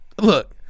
Look